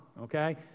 okay